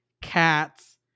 cats